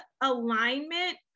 alignment